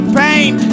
pain